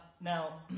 Now